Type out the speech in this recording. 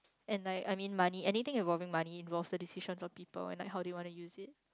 and like I mean money anything involving money involves the decisions of people and like how do they want to use it